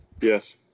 Yes